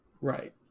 right